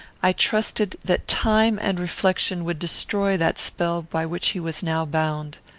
i trusted that time and reflection would destroy that spell by which he was now bound.